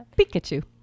pikachu